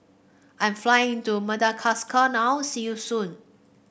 I'm flying to Madagascar now see you soon